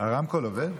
הרמקול עובד?